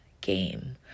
game